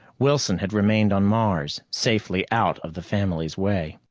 wilson had remained on mars, safely out of the family's way.